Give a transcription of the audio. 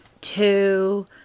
two